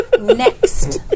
Next